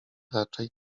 raczej